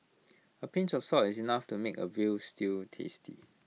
A pinch of salt is enough to make A Veal Stew tasty